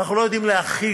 אנחנו לא יכולים להכיל